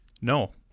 no